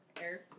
air